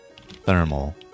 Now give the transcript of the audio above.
thermal